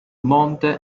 monte